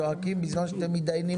צריכים לפתור את הבעיה של החקלאות.